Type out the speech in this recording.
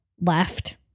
Left